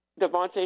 Devontae